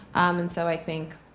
and so i think